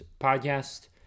podcast